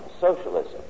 socialism